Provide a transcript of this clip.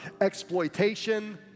exploitation